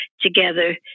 together